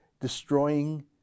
destroying